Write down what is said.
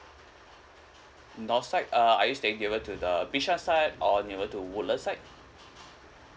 north side uh are you staying nearer to the bishan side or nearer to woodlands side